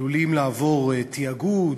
שעלולים לעבור תאגוד,